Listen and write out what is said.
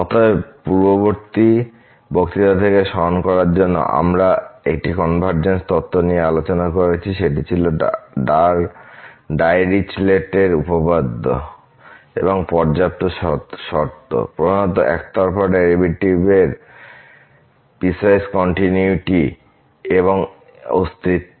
অতএব শুধু পূর্ববর্তী বক্তৃতা থেকে স্মরণ করার জন্য আমরা একটি কনভারজেন্স তত্ত্ব নিয়ে আলোচনা করেছি সেটি ছিল ডাইরিচলেট উপপাদ্য এবং পর্যাপ্ত শর্ত প্রধানত একতরফা ডেরিভেটিভের পিসওয়াইস কন্টিনিউয়িটি এবং অস্তিত্ব